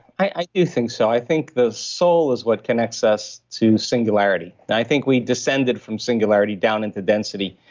i i do think so. i think the soul is what connects us to singularity. and i think we descended from singularity down into density.